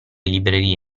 librerie